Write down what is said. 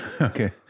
Okay